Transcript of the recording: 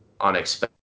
unexpected